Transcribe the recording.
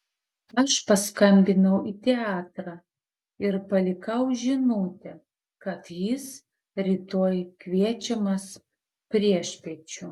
aš paskambinau į teatrą ir palikau žinutę kad jis rytoj kviečiamas priešpiečių